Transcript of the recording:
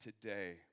today